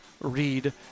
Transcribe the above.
read